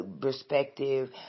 perspective